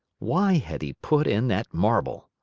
why had he put in that marble?